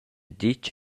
ditg